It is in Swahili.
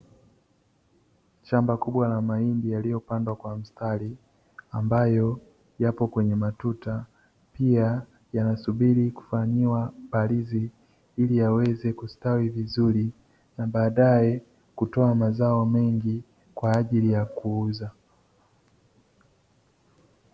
Shamba kubwa la mahindi yaliyopandwa kwa mstari ambayo yapo kwenye matuta, pia yanasubiri kufanyiwa palizi ili yaweze kustawi vizuri na baadae kutoa mazao mengi kwa ajili ya kuuza.